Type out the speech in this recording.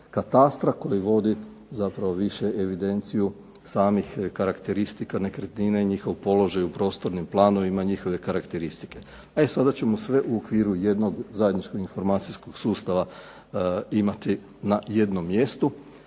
katastra koji vodi zapravo više evidenciju samih karakteristika, nekretnine i njihov položaj u prostornim planovima njihove karakteristike. E sada ćemo sve u okviru jednog zajedničkog informacijskog sustava imati na jednom mjestu.